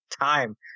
time